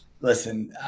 listen